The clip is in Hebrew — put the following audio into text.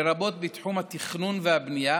לרבות בתחום התכנון והבנייה,